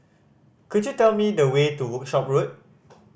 could you tell me the way to Workshop Road